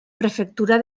prefectura